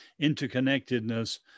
interconnectedness